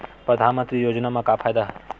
परधानमंतरी योजना म का फायदा?